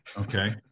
okay